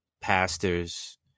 pastors